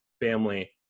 family